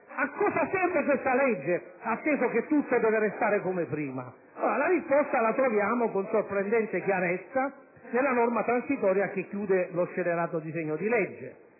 a cosa serve questa legge, atteso che tutto deve restare come prima? La risposta la si trova con sorprendente chiarezza nella norma transitoria che chiude lo scellerato disegno di legge.